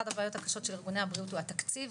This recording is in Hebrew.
אחד הבעיות הקשות של ארגוני הבריאות הוא התקציב.